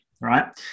Right